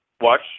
watch